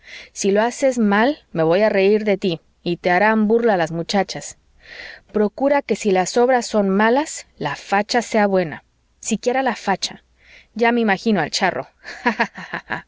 si lo haces mal me voy a reír de tí y te harán burla las muchachas procura que si las obras son malas la facha sea buena siquiera la facha ya me imagino al charro